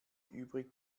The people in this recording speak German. übrig